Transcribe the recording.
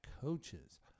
coaches